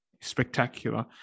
spectacular